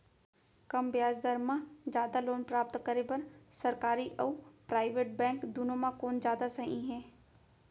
कम ब्याज दर मा जादा लोन प्राप्त करे बर, सरकारी अऊ प्राइवेट बैंक दुनो मा कोन जादा सही हे?